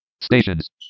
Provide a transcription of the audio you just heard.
Stations